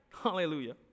Hallelujah